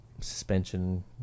suspension